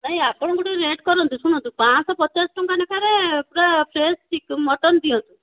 ନାଇଁ ଆପଣ ଗୋଟେ ରେଟ୍ କରନ୍ତୁ ଶୁଣନ୍ତୁ ପାଞ୍ଚଶହ ପଚାଶ ଟଙ୍କା ନେଖାରେ ପୁରା ଫ୍ରେସ୍ ମଟନ୍ ଦିଅନ୍ତୁ